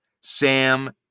Sam